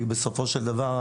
ובסופו של דבר,